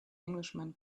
englishman